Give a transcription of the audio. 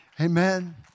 Amen